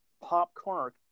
Popcorn